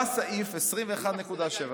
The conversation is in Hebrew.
בא סעיף 21.7,